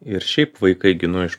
ir šiaip vaikai gi nu iš